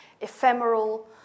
ephemeral